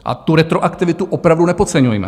A tu retroaktivitu opravdu nepodceňujme.